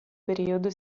periodo